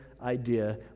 idea